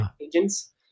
agents